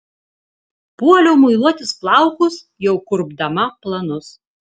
puoliau muiluotis plaukus jau kurpdama planus